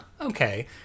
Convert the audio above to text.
okay